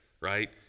right